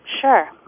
Sure